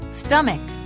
stomach